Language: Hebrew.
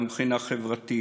גם מבחינה חברתית,